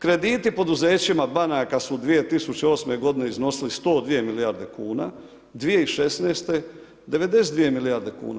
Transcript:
Krediti poduzećima banaka su 2008. godine iznosili 102 milijarde kuna, 2016. 92 milijarde kuna.